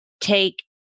take